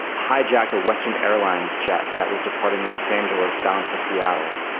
hijacked a western airlines jet that was departing los angeles bound for seattle.